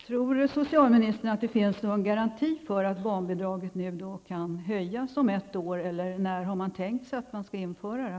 Fru talman! Tror socialministern att det finns någon garanti för att barnbidraget kan höjas om ett år, eller när har man tänkt sig genomföra höjningen?